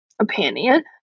opinion